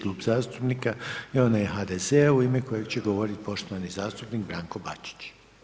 Klub zastupnika je onaj HDZ-a u ime kojeg će govoriti poštovani zastupnik Branko Bačić.